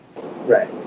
Right